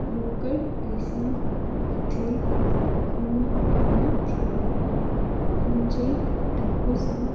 रोकड़ पैसा किथे ग़ुम न थी वञे हुनजे ॾप सां